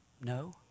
No